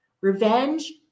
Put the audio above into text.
Revenge